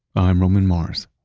i'm roman mars